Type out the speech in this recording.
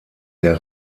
der